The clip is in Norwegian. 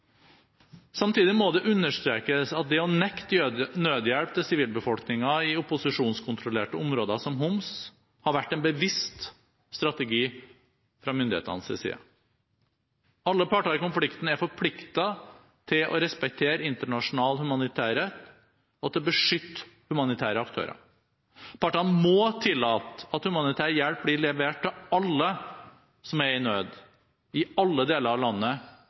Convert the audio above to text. Samtidig må det understrekes at det å nekte nødhjelp til sivilbefolkningen i opposisjonskontrollerte områder som Homs, har vært en bevisst strategi fra myndighetenes side. Alle partene i konflikten er forpliktet til å respektere internasjonal humanitærrett og til å beskytte humanitære aktører. Partene må tillate at humanitær hjelp blir levert til alle som er i nød, i alle deler av landet,